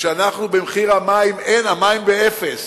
שאנחנו במחיר המים, המים באפס,